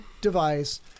device